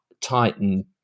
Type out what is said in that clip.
tighten